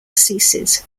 ceases